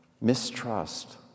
mistrust